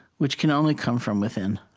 which can only come from within